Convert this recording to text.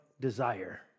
desire